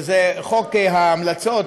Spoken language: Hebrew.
וזה חוק ההמלצות,